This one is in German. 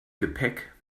gepäck